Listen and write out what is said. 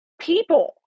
people